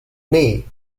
knee